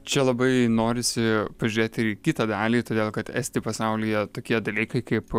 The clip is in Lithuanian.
čia labai norisi pažiūrėti ir į kitą dalį todėl kad esti pasaulyje tokie dalykai kaip